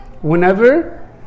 Whenever